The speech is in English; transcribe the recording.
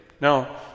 Now